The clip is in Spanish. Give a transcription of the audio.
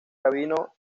rabino